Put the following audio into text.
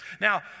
Now